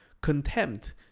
Contempt